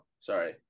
sorry